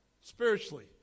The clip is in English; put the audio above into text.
spiritually